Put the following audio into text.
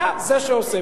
אתה זה שעושה.